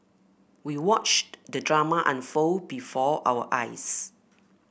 we watched the drama unfold before our eyes